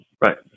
Right